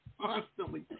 constantly